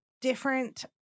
different